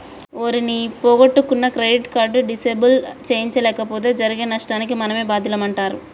ఓరి నీ పొగొట్టుకున్న క్రెడిట్ కార్డు డిసేబుల్ సేయించలేపోతే జరిగే నష్టానికి మనమే బాద్యులమంటరా